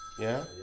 yeah.